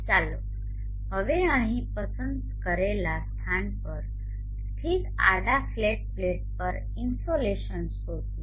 ચાલો હવે અહીં પસંદ કરેલા સ્થાન પર સ્થિત આડા ફ્લેટ પ્લેટ પર ઇન્સોલેશન શોધીએ